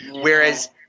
Whereas